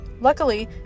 Luckily